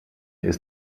ist